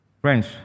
Friends